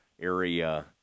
area